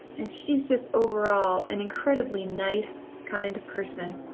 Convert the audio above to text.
and she's just overall an incredibly nice kind person.